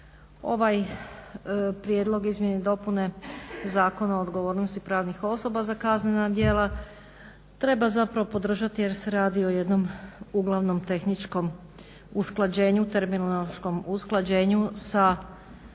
evo Prijedlog izmjene i dopune Zakona o odgovornosti pravnih osoba za kaznena djela treba zapravo podržati jer se radi o jednom uglavnom tehničkom usklađenju, terminološkom usklađenju sa